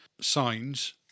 signs